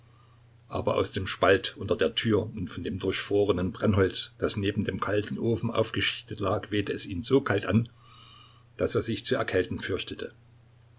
aber aus dem spalt unter der tür und von dem durchfrorenen brennholz das neben dem kalten ofen aufgeschichtet lag wehte es ihn so kalt an daß er sich zu erkälten fürchtete